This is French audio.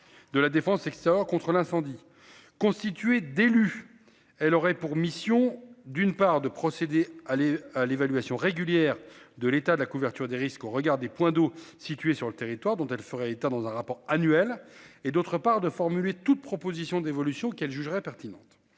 de la Défense Sector contre l'incendie constitué d'élus, elle aurait pour mission d'une part, de procéder à l'est l'évaluation régulière de l'état de la couverture des risques au regard des points d'eau situé sur le territoire dont elle ferait état dans un rapport annuel et d'autre part de formuler toute proposition d'évolution qu'elle jugerait pertinente